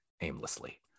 aimlessly